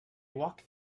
walk